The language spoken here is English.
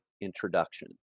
introduction